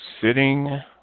sitting